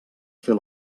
fer